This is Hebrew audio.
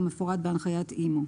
כמפורט בהנחיית אימ"ו.